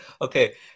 Okay